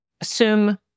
assume